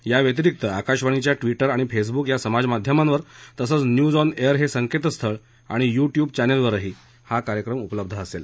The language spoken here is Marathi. याव्यतिरिक्त आकाशवाणीच्या ट्विटर आणि फेसबुक या समाजमाध्यमावर तसंच न्यूज ऑन एअर हे संकेतस्थळ आणि यू टयूब चर्मिनवरही हा कार्यक्रम उपलब्ध असेल